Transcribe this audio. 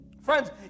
Friends